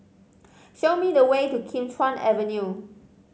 show me the way to Kim Chuan Avenue